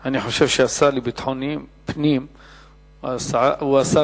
אני חושב שהשר לביטחון פנים הוא השר